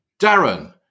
Darren